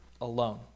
alone